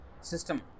system